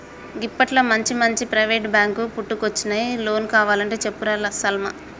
గిప్పట్ల మంచిమంచి ప్రైవేటు బాంకులు పుట్టుకొచ్చినయ్, లోన్ కావలంటే చెప్పురా లస్మా